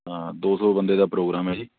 ਦੋ ਸੌ ਬੰਦੇ ਦਾ ਪ੍ਰੋਗਰਾਮ ਹੈ ਜੀ